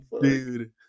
Dude